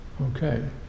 okay